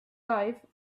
life